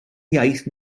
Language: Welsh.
iaith